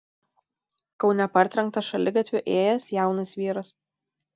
kaune partrenktas šaligatviu ėjęs jaunas vyras